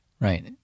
Right